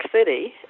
City